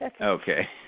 Okay